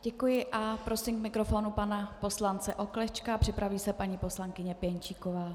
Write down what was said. Děkuji a prosím k mikrofonu pana poslance Oklešťka, připraví se paní poslankyně Pěnčíková.